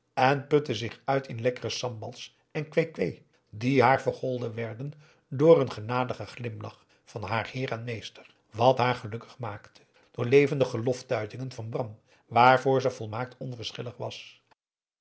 en putte zich uit in lekkere sambals en kwee-kwee die haar vergolden werden door een genadigen glimlach van haar heer en meester wat haar gelukkig maakte door levendige loftuitingen van bram waarvoor ze volmaakt onverschillig was